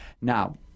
Now